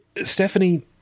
Stephanie